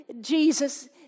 Jesus